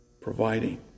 providing